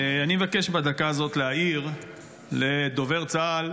אני מבקש בדקה הזאת להעיר לדובר צה"ל,